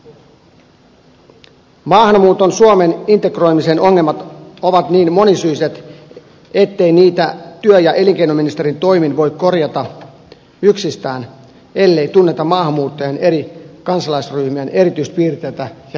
suomen maahanmuuton integroimisen ongelmat ovat niin monisyiset ettei niitä työ ja elinkeino ministerin toimin voi korjata yksistään ellei tunneta maahanmuuttajien eri kansalaisryhmien erityispiirteitä ja niiden tarpeita